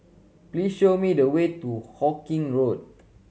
please show me the way to Hawkinge Road